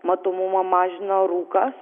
matomumą mažina rūkas